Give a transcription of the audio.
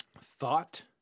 Thought